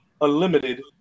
Unlimited